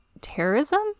terrorism